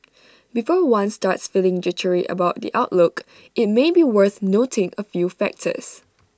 before one starts feeling jittery about the outlook IT may be worth noting A few factors